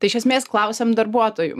tai iš esmės klausiam darbuotojų